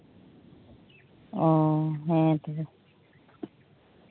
ᱚ ᱦᱮᱸ ᱛᱚᱵᱮ